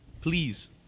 Please